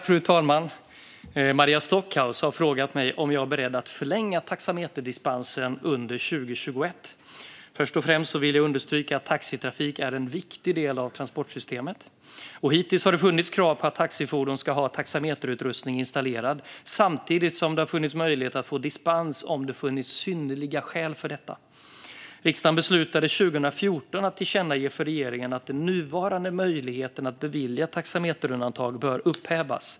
Fru talman! Maria Stockhaus har frågat mig om jag är beredd att förlänga taxameterdispensen under 2021. Först och främst vill jag understryka att taxitrafik är en viktig del av transportsystemet. Hittills har det funnits krav på att taxifordon ska ha taxameterutrustning installerad, samtidigt som det har funnits möjlighet att få dispens om det funnits synnerliga skäl för det. Riksdagen beslutade 2014 att tillkännage för regeringen att den nuvarande möjligheten att bevilja taxameterundantag bör upphävas.